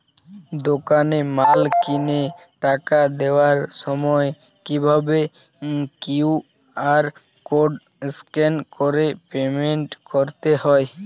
দোকানে মাল কিনে টাকা দেওয়ার সময় কিভাবে কিউ.আর কোড স্ক্যান করে পেমেন্ট করতে হয়?